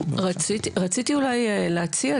רציתי אולי להציע,